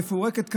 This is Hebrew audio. המפורקת כיום,